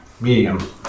Medium